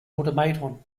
automaton